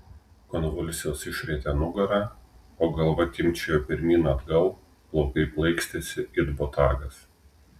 konvulsijos išrietė nugarą o galva timpčiojo pirmyn atgal plaukai plaikstėsi it botagas